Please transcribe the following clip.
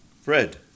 Fred